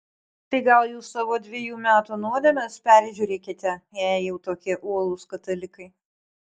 tai gal jūs savo dvejų metų nuodėmes peržiūrėkite jei jau tokie uolūs katalikai